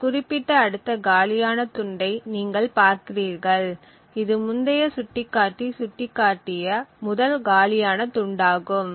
இந்த குறிப்பிட்ட அடுத்த காலியான துண்டை நீங்கள் பார்க்கிறீர்கள் இது முந்தைய சுட்டிக்காட்டி சுட்டிக் காட்டிய முதல் காலியான துண்டாகும்